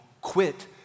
quit